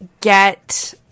get